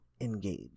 engage